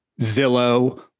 Zillow